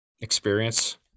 experience